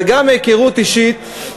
אבל גם, מהיכרות אישית,